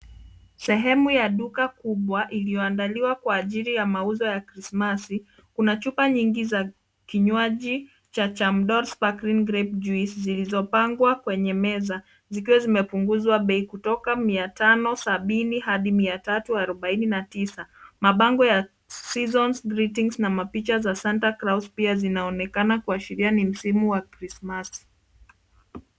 Sehemu ya duka kubwa iliyoandaliwa kwa ajili ya mauzo ya Krisimasi. Kuna chupa nyingi za kinywaji cha Chamdor Sparkling Grape Juice, zilizopangwa kwenye meza, zikiwa zimepunguzwa bei kutoka mia tano sabini hadi mia tatu arobaini na tisa. Mabango ya Season's Greetings na mapicha za Santa Claus pia zinaonekana kuashiria ni msimu wa Krisimasi.